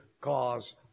cause